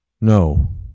No